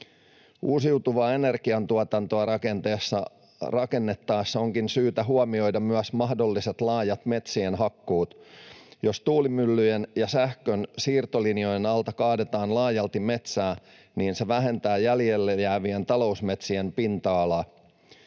Uusiutuvan energian tuotantoa rakennettaessa onkin syytä huomioida myös mahdolliset laajat metsien hakkuut. Jos tuulimyllyjen ja sähkön siirtolinjojen alta kaadetaan laajalti metsää, niin se vähentää jäljelle jäävien talousmetsien pinta-alaa.